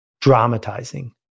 dramatizing